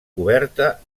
coberta